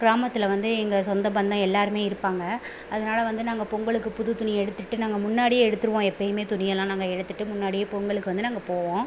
கிராமத்தில் வந்து எங்கள் சொந்த பந்தம் எல்லாருமே இருப்பாங்கள் அதனால் வந்து நாங்கள் பொங்கலுக்கு புது துணி எடுத்துட்டு நாங்கள் முன்னாடியே எடுத்துடுவோம் எப்பவுமே துணியெலாம் நாங்கள் எடுத்துட்டு முன்னாடியே பொங்கலுக்கு வந்து நாங்கள் போவோம்